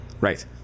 Right